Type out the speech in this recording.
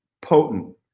potent